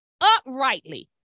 uprightly